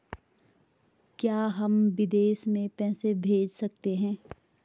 क्या हम विदेश में पैसे भेज सकते हैं?